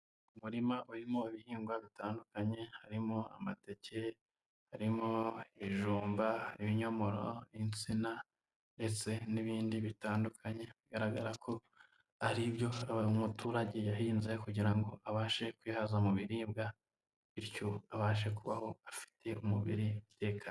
Umurima urimo ibihingwa bitandukanye harimo amateke, harimo ibijumba, ibinyomoro, insina ndetse n'ibindi bitandukanye, bigaragara ko ari ibyo umuturage yahinze kugira ngo abashe kwihaza mu biribwa, bityo abashe kubaho afite umubiri utekanye.